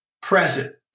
present